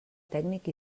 tècnic